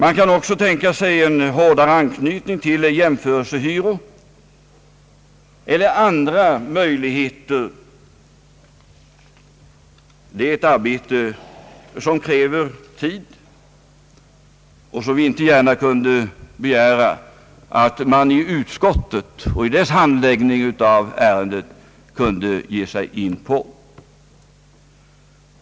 Det kan också tänkas en hårdare anknytning till jämförelsehyror eller andra möjligheter — det är ett arbete som kräver tid och som vi inte gärna kunde begära att man i utskottet vid dess handläggning av detta ärende kunde ge sig in på.